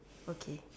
okay